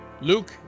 Luke